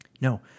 No